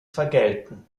vergelten